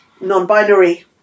non-binary